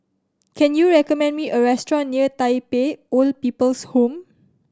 can you recommend me a restaurant near Tai Pei Old People's Home